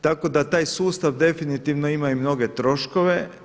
Tako da taj sustav definitivno ima i mnoge troškove.